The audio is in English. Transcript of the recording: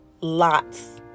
lots